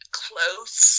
close